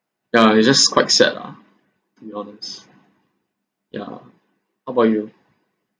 yeah it's just quite sad lah to be honest yeah how about you